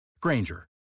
Granger